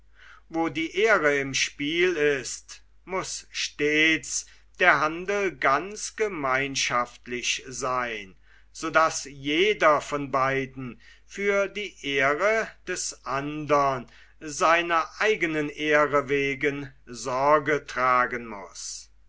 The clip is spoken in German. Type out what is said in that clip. wo die ehre im spiel ist muß stets der handel ganz gemeinschaftlich seyn so daß jeder von beiden für die ehre des andern seiner eigenen ehre wegen sorge tragen muß